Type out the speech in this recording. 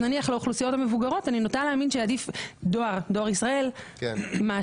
נניח לאוכלוסיות המבוגרות אני נוטה להאמין שעדיף דואר ישראל ולא